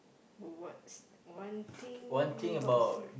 what's one thing about thing